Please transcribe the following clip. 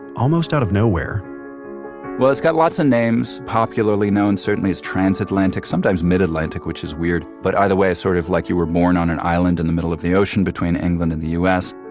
almost out of nowhere well, it's got lots of names. popularly known certainly as transatlantic, sometimes, mid-atlantic, which is weird. but either way, sort of like you were born on an island in the middle of the ocean between england and the us.